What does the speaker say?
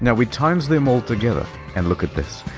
yeah we times them all together and look at this.